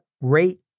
rate